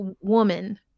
woman